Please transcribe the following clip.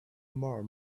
more